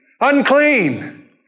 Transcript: unclean